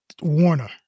Warner